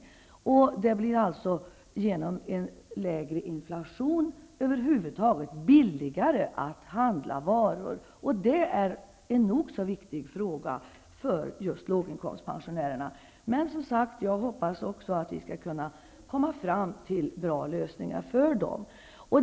Genom att det blir lägre inflation blir det över huvud taget billigare att handla varor. Det är en fråga som är nog så viktig för just låginkomstpensionärerna. Jag hoppas, som sagt, att vi kan komma fram till bra lösningar för dessa.